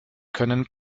können